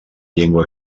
llengua